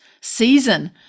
season